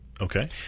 okay